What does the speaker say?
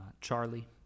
Charlie